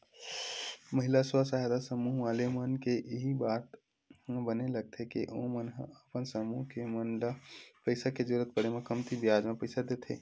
महिला स्व सहायता समूह वाले मन के इही बात ह बने लगथे के ओमन ह अपन समूह के मन ल पइसा के जरुरत पड़े म कमती बियाज म पइसा देथे